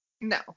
No